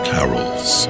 Carols